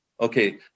Okay